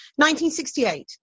1968